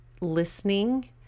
listening